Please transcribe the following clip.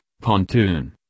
Pontoon